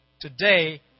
Today